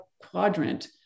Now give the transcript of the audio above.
quadrant